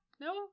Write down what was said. No